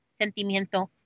sentimiento